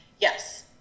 yes